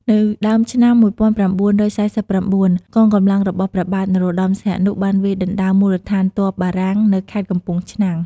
នៅដើមឆ្នាំ ១៩៤៩ កងកម្លាំងរបស់ព្រះបាទ នរោត្តមសីហនុ បានវាយដណ្ដើមមូលដ្ឋានទ័ពបារាំងនៅខេត្តកំពង់ឆ្នាំង ។